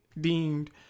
deemed